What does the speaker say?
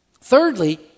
thirdly